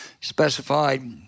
specified